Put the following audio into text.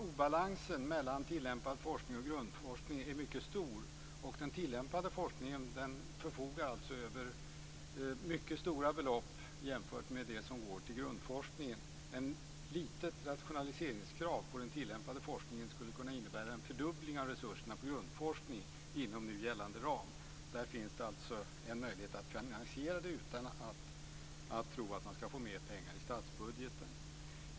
Obalansen mellan tillämpad forskning och grundforskning är mycket stor, och den tillämpade forskningen förfogar över mycket stora belopp jämfört med det som går till grundforskningen. Ett litet rationaliseringskrav på den tillämpade forskningen skulle kunna innebära en fördubbling av resurserna till grundforskningen inom nu gällande ram. Där finns det alltså en möjlighet att finansiera det utan att tro att man skall få mera pengar i statsbudgeten.